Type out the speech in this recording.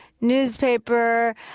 newspaper